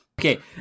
Okay